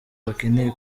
bakeneye